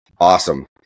awesome